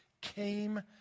came